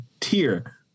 tier